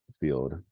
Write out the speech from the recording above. field